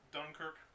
Dunkirk